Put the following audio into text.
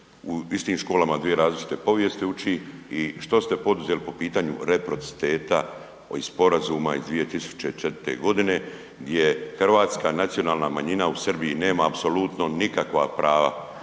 u istim školama, dvije različite povijesti uči i što ste poduzeli po pitanju reprociteta ovih sporazuma iz 2004. g. gdje hrvatska nacionalna manjina u Srbiji nema apsolutno nikakva prava,